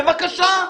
בבקשה.